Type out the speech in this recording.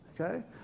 okay